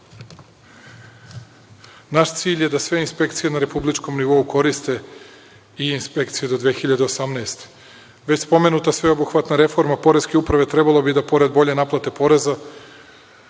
cilj je da sve inspekcije na republičkom nivou koriste i inspekcije do 2018. godine. Već spomenuta sveobuhvatna reforma poreske uprave trebalo bi da pored bolje naplate poreza,